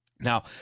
Now